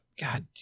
god